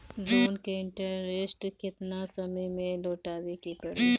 Loan के interest केतना समय में लौटावे के पड़ी?